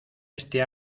esta